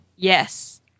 Yes